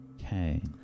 Okay